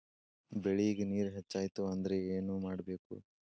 ಬೆಳೇಗ್ ನೇರ ಹೆಚ್ಚಾಯ್ತು ಅಂದ್ರೆ ಏನು ಮಾಡಬೇಕು?